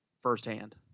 firsthand